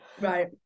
right